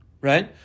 right